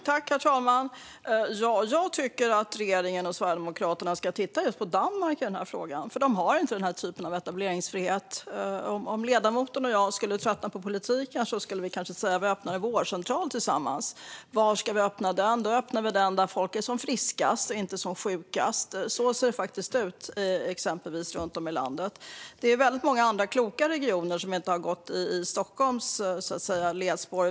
Herr talman! Jag tycker att regeringen och Sverigedemokraterna ska titta just på Danmark i den här frågan. Där har man inte den här typen av etableringsfrihet. Om ledamoten och jag skulle tröttna på politiken skulle vi kanske få lust att öppna en vårdcentral tillsammans. Var ska vi då öppna den? Då öppnar vi den där folk är som friskast och inte som sjukast. Så ser det faktiskt ut runt om i landet. Det är väldigt många andra kloka regioner som inte har gått i Stockholms fotspår.